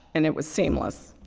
and it was seamless.